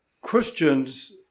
Christians